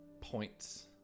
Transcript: points